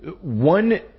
One